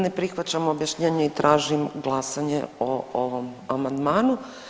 Ne prihvaćam objašnjenje i tražim glasanje o ovom amandmanu.